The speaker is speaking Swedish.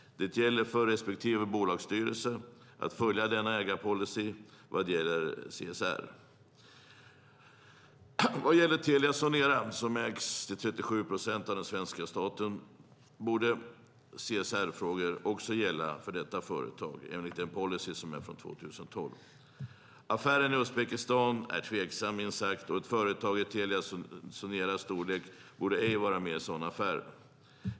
Det gäller för respektive bolagsstyrelse att följa denna ägarpolicy vad gäller CSR. CSR borde även gälla Telia Sonera, som till 37 procent ägs av den svenska staten, enligt den policy som finns sedan 2012. Affären i Uzbekistan är minst sagt tveksam. Ett företag av Telia Soneras storlek borde inte vara med i sådana affärer.